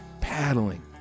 Paddling